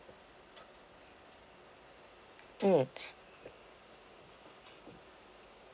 mm